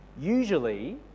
Usually